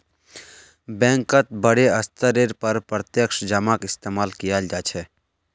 बैंकत बडे स्तरेर पर प्रत्यक्ष जमाक इस्तेमाल कियाल जा छे